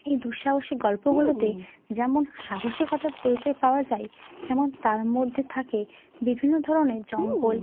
এই দুঃসাহসিক গল্পগুলোতে যেমন সাহসিকতার পরিচয় পাওয়া যায় তেমন তার মধ্যে থাকে বিভিন্ন ধরনের জঙ্গল